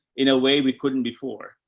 in a way we couldn't before.